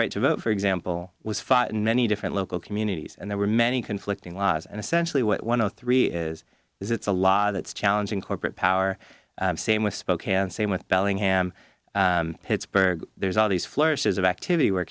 right to vote for example was fought in many different local communities and there were many conflicting laws and essentially what one of the three is is it's a law that's challenging corporate power same with spokane same with bellingham pittsburgh there's all these flourishes of activity where